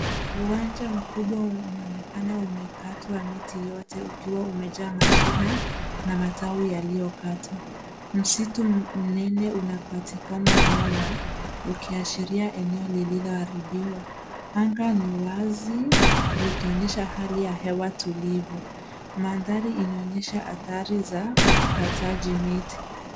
Uwanja mkubwa unaonekana umekatwa miti yote ukiwa umejaa mashina na matawi yaliyokatwa. Msitu mnene unapatikana nyuma ukiashiria eneo lililoharibiwa . Anga ni wazi likionyesha hali ya hewa tulivu. Mandhari inaonyesha athari za ukataji miti.